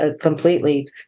completely